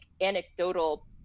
anecdotal